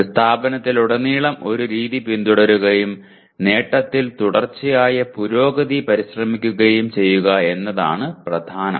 ഒരു സ്ഥാപനത്തിലുടനീളം ഒരു രീതി പിന്തുടരുകയും നേട്ടത്തിൽ തുടർച്ചയായ പുരോഗതിക്കായി പരിശ്രമിക്കുകയും ചെയ്യുക എന്നതാണ് പ്രധാനം